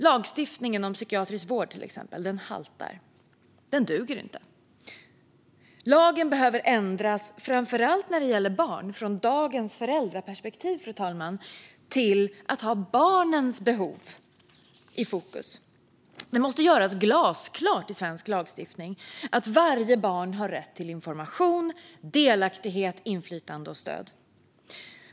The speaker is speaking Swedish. Lagstiftningen om psykiatrisk vård, till exempel, haltar. Den duger inte. Lagen behöver ändras, framför allt när det gäller barn, från dagens föräldraperspektiv till att ha barnens behov i fokus. Det måste göras glasklart i svensk lagstiftning att varje barn har rätt till information, delaktighet, inflytande och stöd.